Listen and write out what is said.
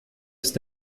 ist